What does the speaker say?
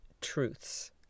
truths